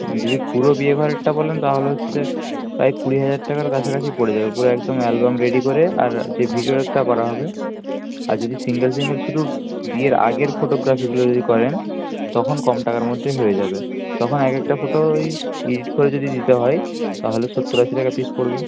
যদি পুরো বিয়ে ঘরেরটা বলেন তাহলে হচ্ছে প্রায় কুড়ি হাজার টাকার কাছাকাছি পড়ে যাবে পুরো একদম অ্যালবাম রেডি করে আর যে ভিডিও একটা করা হবে আর যদি সিঙ্গেল সিঙ্গেল শুধু বিয়ের আগের ফটোগ্রাফিগুলো যদি করেন তখন কম টাকার মধ্যেই হয়ে যাবে তখন এক একটা ফটো ওই এডিট করে যদি দিতে হয় তাহলে সত্তর আশি টাকা পিস পড়বে